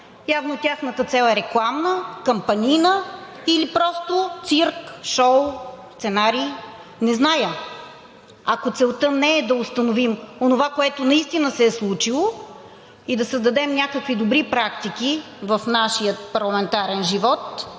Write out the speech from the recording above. Явно тяхната цел е рекламна, кампанийна или просто цирк, шоу, сценарий. Не зная. Ако целта не е да установим онова, което наистина се е случило и да създадем някакви добри практики в нашия парламентарен живот,